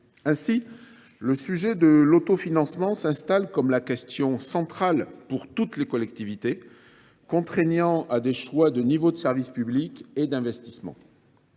Ainsi, le sujet de l’autofinancement s’installe comme la question centrale pour toutes les collectivités, contraignant à des choix en matière de service public et d’investissement.